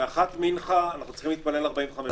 באחת מנחה, אנחנו צריכים להתפלל 45 דקות.